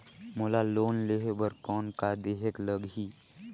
मोला लोन लेहे बर कौन का देहेक लगही?